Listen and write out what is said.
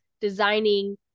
designing